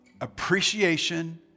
appreciation